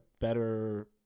better